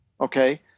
okay